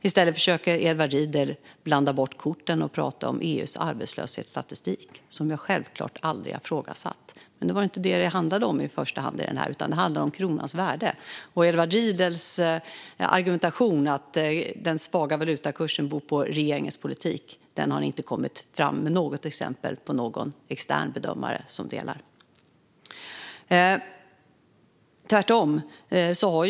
Edward Riedl försöker blanda bort korten och tala om EU:s arbetslöshetsstatistik, som jag självklart aldrig har ifrågasatt. Men det här handlar inte om det i första hand, utan det handlar om kronans värde. Edward Riedl har i sin argumentation om att den svaga valutakursen beror på regeringens politik inte kommit med något exempel på någon extern bedömare som delar den synen.